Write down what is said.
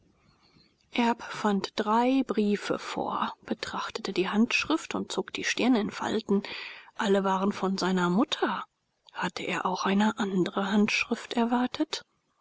erb fand drei briefe vor betrachtete die handschrift und zog die stirn in falten alle waren von seiner mutter hatte er auch eine andre handschrift erwartet